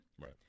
Right